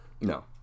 No